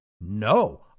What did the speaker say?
No